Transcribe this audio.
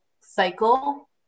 cycle